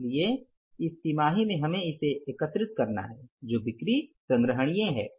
इसलिए इस तिमाही में हमें इसे एकत्रित करना है जो बिक्री संग्रहणीय हैं